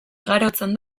igarotzen